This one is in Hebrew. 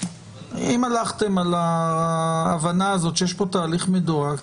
אם הלכתם על ההבנה הזאת שיש פה תהליך מדורג,